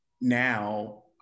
now